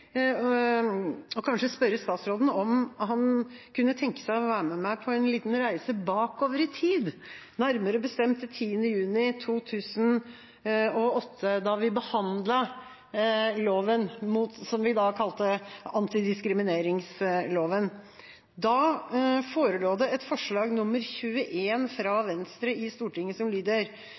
spørre statsråden om han kanskje kunne tenke seg å være med meg på en liten reise bakover i tid, nærmere bestemt til 10. juni 2008, da vi behandlet loven som vi da kalte antidiskrimineringsloven. Da forelå det et forslag, nr. 21, fra Venstre i Stortinget som lyder: